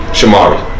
Shamari